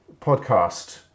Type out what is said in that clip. podcast